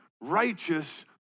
righteous